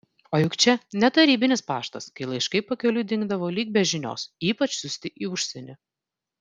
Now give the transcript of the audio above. o juk čia ne tarybinis paštas kai laiškai pakeliui dingdavo lyg be žinios ypač siųsti į užsienį